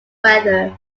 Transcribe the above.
weather